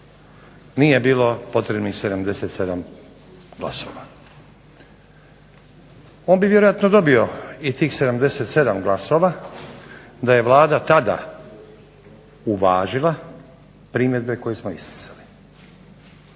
Nije bilo potrebnih 77 glasova. On bi vjerojatno dobio i tih 77 glasova da je Vlada tada uvažila primjedbe koje smo isticali.